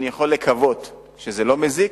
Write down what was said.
אני יכול לקוות שזה לא מזיק.